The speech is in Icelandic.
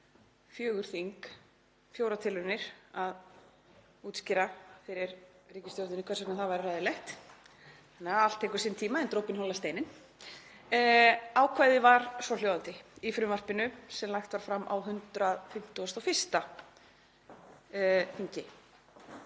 fjögur þing, fjórar tilraunir að útskýra fyrir ríkisstjórninni hvers vegna það væri hræðilegt. Allt tekur sinn tíma en dropinn holar steininn. Ákvæðið var svohljóðandi í frumvarpinu sem lagt var fram á 151. þingi,